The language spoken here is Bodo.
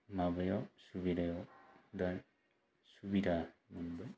माबायाव सुबिदा दा सुबिदा मोनबाय